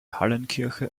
hallenkirche